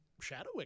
shadowing